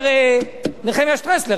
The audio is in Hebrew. אומר נחמיה שטרסלר,